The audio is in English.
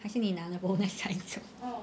还是你拿了 bonus 才走